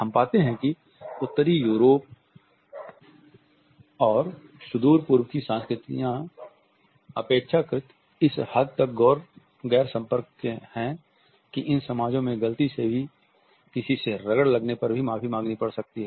हम पाते हैं कि उत्तरी यूरोप और सुदूर पूर्व की सस्कृतियां अपेक्षाकृत इस हद तक गैर संपर्क हैं कि इन समाजों में गलती से किसी से रगड़ लगने पर भी माफी मांगनी पड़ सकती है